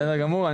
בסדר גמור,